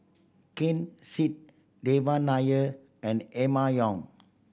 Ken Seet Devan Nair and Emma Yong